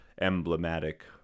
emblematic